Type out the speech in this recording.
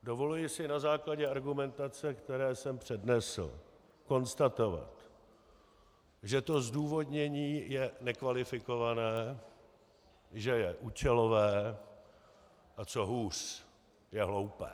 Dovoluji si na základě argumentace, kterou jsem přednesl, konstatovat, že to zdůvodnění je nekvalifikované, že je účelové, a co hůř, je hloupé.